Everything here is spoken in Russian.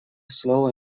слово